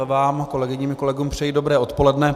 Vám, kolegyním a kolegům, přeji dobré odpoledne.